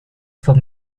for